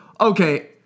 okay